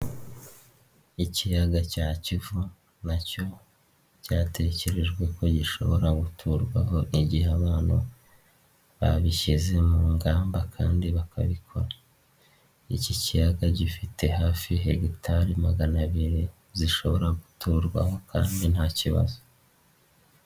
Ikiyaga cya Kivu na cyo cyatekerejwe ko gishobora guturwaho igihe abantu babishyize mu ngamba kandi bakabikora, iki kiyaga gifite hafi hegitari magana abiri zishobora guturwamo kandi nta kibazo.